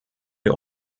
wir